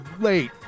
late